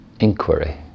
inquiry